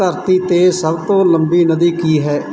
ਧਰਤੀ 'ਤੇ ਸਭ ਤੋਂ ਲੰਬੀ ਨਦੀ ਕੀ ਹੈ